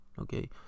okay